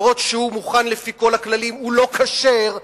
אף שהוא מוכן לפי כל הכללים הוא לא כשר,